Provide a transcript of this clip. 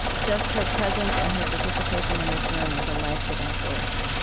just her presence and her participation in this room is a life-giving force.